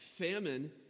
famine